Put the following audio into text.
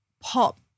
pop